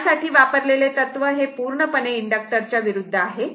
यासाठी वापरलेले तत्त्व हे पूर्णपणे इंडक्टर च्या विरुद्ध आहे